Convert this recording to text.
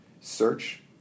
search